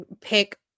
pick